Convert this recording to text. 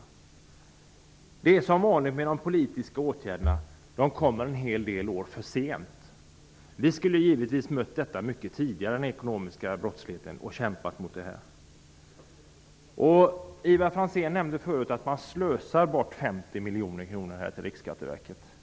Men det är som vanligt när det gäller politiska åtgärder: De kommer en hel del år för sent. Givetvis skulle vi ha kämpat mot den ekonomiska brottsligheten mycket tidigare. Ivar Franzén nämnde tidigare att föreslagna 50 miljoner kronor till Riksskatteverket är slöseri.